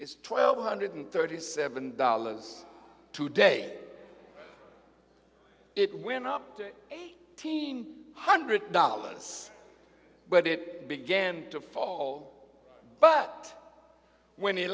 it's twelve hundred thirty seven dollars today it went up to one hundred dollars but it began to fall but when